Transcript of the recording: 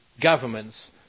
governments